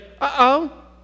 uh-oh